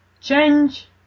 change